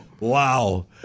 Wow